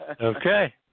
Okay